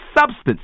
substance